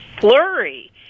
flurry